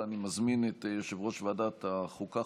אני מזמין את יושב-ראש ועדת החוקה,